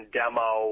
demo